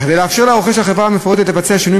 וכדי לאפשר לרוכש החברה המופרטת לבצע שינויים